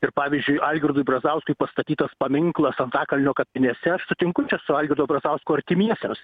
ir pavyzdžiui algirdui brazauskui pastatytas paminklas antakalnio kapinėse aš sutinku su algirdo brazausko artimiesiems